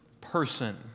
person